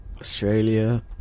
Australia